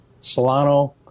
Solano